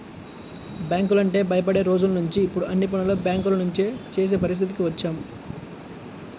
బ్యాంకులంటే భయపడే రోజులనుంచి ఇప్పుడు అన్ని పనులు బ్యేంకుల నుంచే చేసే పరిస్థితికి వచ్చాం